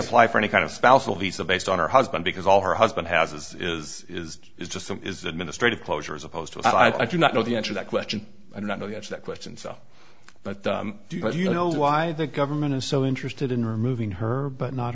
apply for any kind of spousal visa based on her husband because all her husband has as is is is just some is administrative closure as opposed to i do not know the answer that question i do not know yet that question so but do you know why the government is so interested in removing her but not